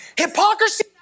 Hypocrisy